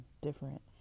different